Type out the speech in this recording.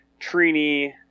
Trini